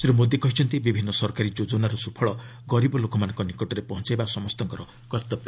ଶ୍ରୀ ମୋଦି କହିଛନ୍ତି ବିଭିନ୍ନ ସରକାରୀ ଯୋଜନାର ସୁଫଳ ଗରିବଲୋକମାନଙ୍କ ନିକଟରେ ପହଞ୍ଚାଇବା ସମସ୍ତଙ୍କର କର୍ତ୍ତବ୍ୟ